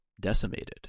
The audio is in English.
decimated